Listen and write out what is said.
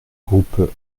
groupe